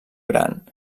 gran